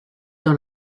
dans